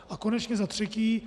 A konečně za třetí.